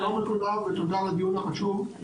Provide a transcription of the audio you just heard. שלום לכולם ותודה על הדיון החשוב.